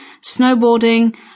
snowboarding